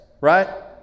Right